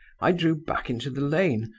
i drew back into the lane,